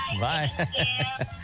Bye